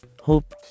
hope